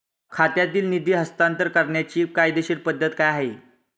खात्यातील निधी हस्तांतर करण्याची कायदेशीर पद्धत काय आहे?